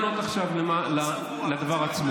אבל אני רוצה לענות עכשיו על הדבר עצמו.